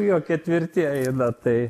jo ketvirtieji na tai